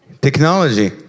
Technology